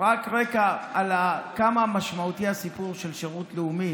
רק רקע על כמה משמעותי הסיפור של שירות לאומי,